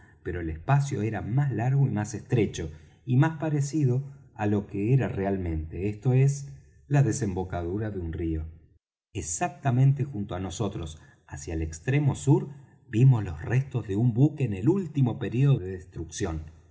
pero el espacio era más largo y más estrecho y más parecido á lo que era realmente esto es la desembocadura de un río exactamente junto á nosotros hacia el extremo sur vimos los restos de un buque en el último período de destrucción